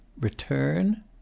Return